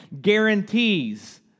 guarantees